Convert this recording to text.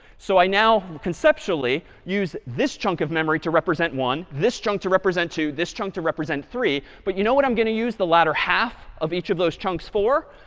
so i now conceptual use this chunk of memory to represent one. this junk to represent two, this chunk to represent three. but you know what i'm going to use the latter half of each of those chunks for?